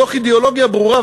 מתוך אידיאולוגיה ברורה,